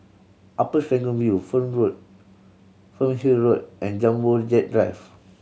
Upper Serangoon View Fern Road Fernhill Road and Jumbo Jet Drive